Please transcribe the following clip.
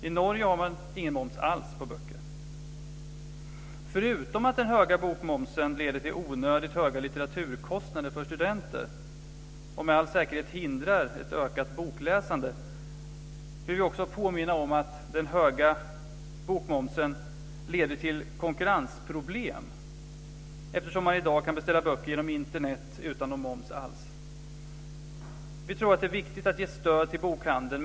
I Norge har man ingen moms alls på böcker. Förutom att den höga bokmomsen leder till onödigt höga litteraturkostnader för studenter och med all säkerhet hindrar ett ökat bokläsande vill vi också påminna om att den höga bokmomsen leder till konkurrensproblem, eftersom man i dag kan beställa böcker genom Internet utan någon moms alls. Vi tror att det är viktigt att ge stöd till bokhandeln.